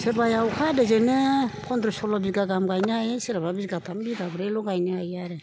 सोरबाया अखा हादैजोंनो फन्द्र' सल्ल' बिगा गाहाम गायनो हायो सोरबा बिगाथाम बिगाब्रैल' गायनो हायो आरो